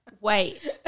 Wait